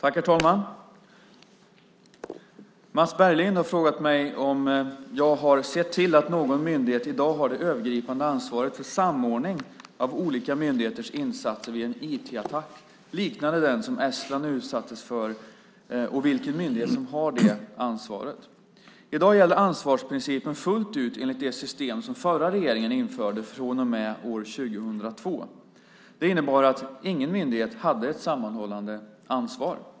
Herr talman! Mats Berglind har frågat mig om jag har sett till att någon myndighet har det övergripande ansvaret i dag för samordning av olika myndigheters insatser vid en IT-attack liknade den som Estland utsattes för och vilken myndighet som har det ansvaret. I dag gäller ansvarsprincipen fullt ut enligt det system som förra regeringen införde från och med år 2002. Detta innebar att ingen myndighet hade ett sammanhållande ansvar.